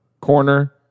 corner